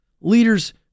leaders